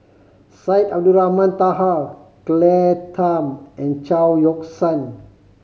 Syed Abdulrahman Taha Claire Tham and Chao Yoke San